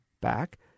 back